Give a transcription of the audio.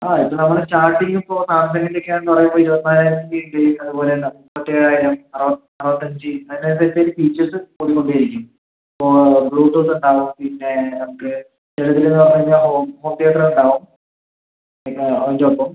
ആ ഇത് നമ്മൾ സ്റ്റാർട്ടിംഗ് ഇപ്പോൾ ആദ്യം എന്തൊക്കെയാണെന്ന് പറയുമ്പം ഇരുപത്തിനാലായിരത്തിൻ്റെ ഉണ്ട് അതുപോലെ എന്നാൽ മുപ്പത്തേഴായിരം അറുപത് അറുപത്തഞ്ച് അതിന്റെ അകത്ത് ഫീച്ചേർസ് കൂടി കൊണ്ടേ ഇരിക്കും ഓ ബ്ലൂട്ടൂത്ത് ഉണ്ടാവും പിന്നെ നമുക്ക് ചെറുതിന് നാല് ഇഞ്ച് ആവും ഹോം തീയേറ്റർ ഉണ്ടാവും പിന്നെ അതിന്റെ ഒപ്പം